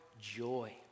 joy